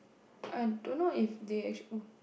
I don't know if they actua~